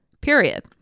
period